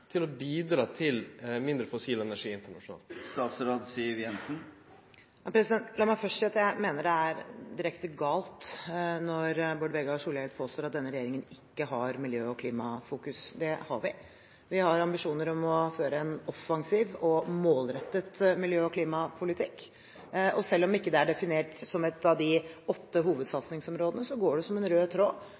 til å bidra til mindre fossil energi internasjonalt? La meg først si at jeg mener det er direkte galt når Bård Vegar Solhjell påstår at denne regjeringen ikke har klima- og miljøfokus. Det har vi. Vi har ambisjoner om å føre en offensiv og målrettet miljø- og klimapolitikk. Selv om det ikke er definert som ett av de åtte hovedsatsingsområdene, går det som en rød tråd